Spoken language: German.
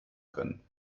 können